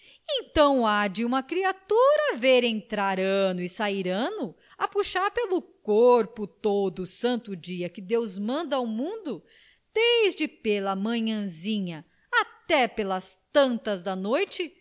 então há de uma criatura ver entrar ano e sair ano a puxar pelo corpo todo o santo dia que deus manda ao mundo desde pela manhãzinha até pelas tantas da noite